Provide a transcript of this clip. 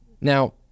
Now